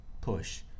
push